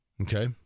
Okay